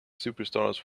superstars